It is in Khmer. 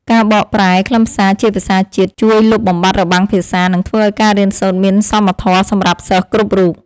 ការបកប្រែខ្លឹមសារជាភាសាជាតិជួយលុបបំបាត់របាំងភាសា និងធ្វើឱ្យការរៀនសូត្រមានសមធម៌សម្រាប់សិស្សគ្រប់រូប។